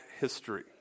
history